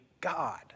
God